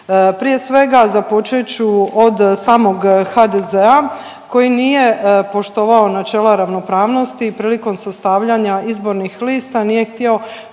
Prije svega započet ću od samog HDZ-a koji nije poštovao načela ravnopravnosti i prilikom sastavljanja izbornih lista nije htio